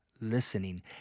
listening